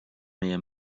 meie